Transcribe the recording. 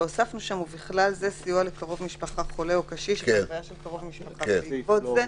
והוספנו שם: "ובכלל זה סיוע לקרוב משפחה חולה או קשיש ..." בעקבות זה